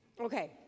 Okay